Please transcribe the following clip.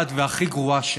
מרושעת והכי גרועה שלה.